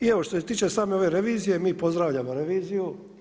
I evo što se tiče same ove revizije mi pozdravljamo reviziju.